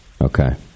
Okay